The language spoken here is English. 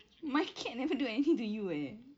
my cat never do anything to you eh